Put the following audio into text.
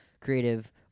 creative